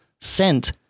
sent